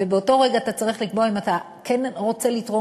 ובאותו רגע אתה צריך לקבוע אם אתה כן רוצה לתרום